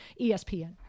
ESPN